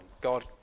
God